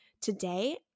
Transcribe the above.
Today